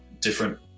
different